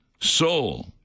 Soul